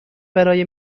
برای